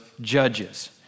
judges